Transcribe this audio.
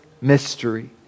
mystery